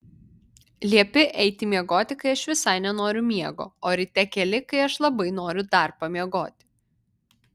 liepi eiti miegoti kai aš visai nenoriu miego o ryte keli kai aš labai noriu dar pamiegoti